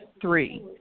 Three